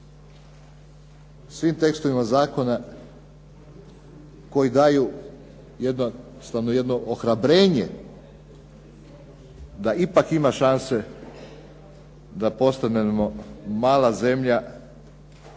svim tekstovima zakona koji daju jednostavno jedno ohrabrenje da ipak ima šanse da postanemo mala zemlja